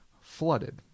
Flooded